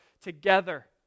together